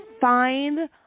find